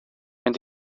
mynd